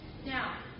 Now